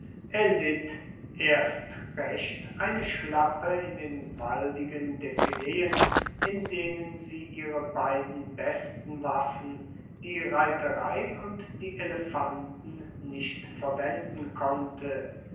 erlitt erst recht eine schlappe in den waldigen defileen in denen sie ihre beiden besten waffen die reiterei und die elefanten nicht verwenden konnte